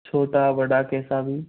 छोटा बड़ा कैसा भी